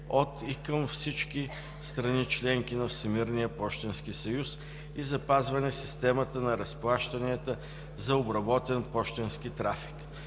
от и към всички страни – членки на Всемирния пощенски съюз, и запазване системата на разплащанията за обработен пощенски трафик.